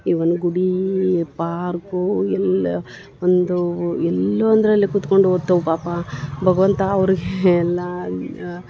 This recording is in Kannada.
ಇವನ್ ಗುಡಿ ಪಾರ್ಕು ಎಲ್ಲಿ ಒಂದು ಎಲ್ಲೋ ಅಂದ್ರ ಅಲ್ಲಿ ಕುತ್ಕೊಂಡು ಓದ್ತವೆ ಪಾಪ ಭಗ್ವಂತಾ ಅವ್ರ್ಗ ಎಲ್ಲಾ